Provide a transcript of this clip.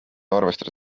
arvestada